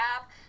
app